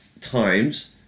times